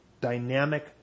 dynamic